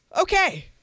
Okay